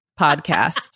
podcast